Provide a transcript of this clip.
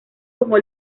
como